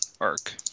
arc